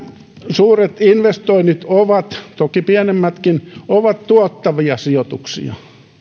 suuret investoinnit toki pienemmätkin ovat tuottavia sijoituksia